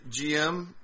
GM